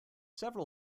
several